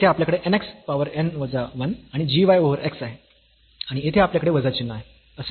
तर येथे आपल्याकडे n x पावर n वजा 1 आणि g y ओव्हर x आहे आणि येथे आपल्याकडे वजा चिन्ह असेल